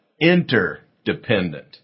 interdependent